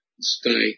stay